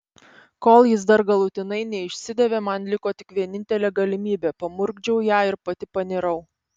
kol jis dar galutinai neišsidavė man liko tik vienintelė galimybė pamurkdžiau ją ir pati panirau